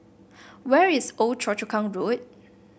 where is Old Choa Chu Kang Road